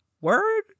Word